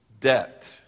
debt